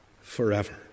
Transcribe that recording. Forever